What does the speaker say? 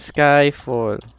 Skyfall